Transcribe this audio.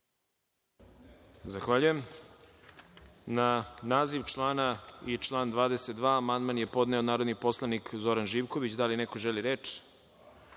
Zahvaljujem. Na naziv člana i član 22. amandman je podneo narodni poslanik Zoran Živković. Da li neko želi reč?